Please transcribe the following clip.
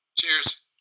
Cheers